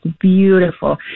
beautiful